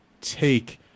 take